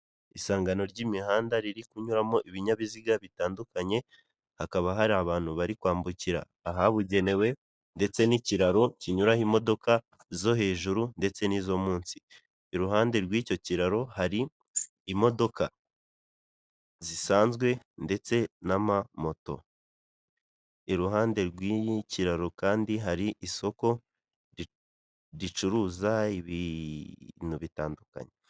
Isangano ry'imihanda riri kunyuramo ibinyabiziga bitandukanye, hakaba hari abantu bari kwambukira ahabugenewe ndetse n'ikiraro kinyuraho imodoka zo hejuru ndetse n'izo munsi. Iruhande rw'icyo kiraro hari imodoka zisanzwe ndetse n'amamoto. Iruhande rw'ikiraro kandi hari isoko ricuruza ibintu bitandukanye.